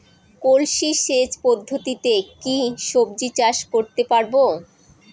কলসি সেচ পদ্ধতিতে কি সবজি চাষ করতে পারব?